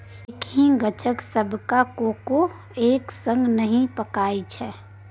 एक्कहि गाछक सबटा कोको एक संगे नहि पाकय छै